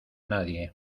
nadie